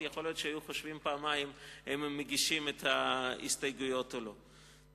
יכול להיות שהיו חושבים פעמיים אם להגיש את ההסתייגויות או לא.